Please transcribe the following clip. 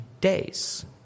days